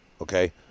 Okay